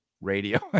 radio